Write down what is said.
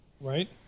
Right